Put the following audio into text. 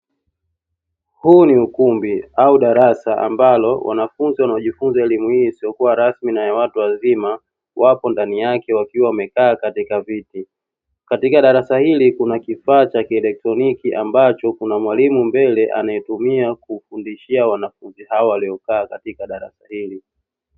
Huu ni ukumbi au darasa ambalo wanafunzi waonajifunza elimu hii isiyokua rasmi wapo ndani yake wakiwa wamekaa katika viti. Katika darasa hili kuna kifaa cha kielektroniki ambacho kuna mwalimu mbele, anaetumia kufundishia wanafunzi hawa waliokaa katika darasa hili.